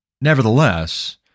nevertheless